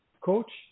Coach